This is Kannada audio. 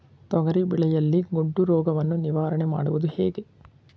ತೊಗರಿ ಬೆಳೆಯಲ್ಲಿ ಗೊಡ್ಡು ರೋಗವನ್ನು ನಿವಾರಣೆ ಮಾಡುವುದು ಹೇಗೆ?